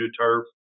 turf